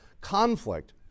conflict